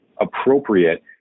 appropriate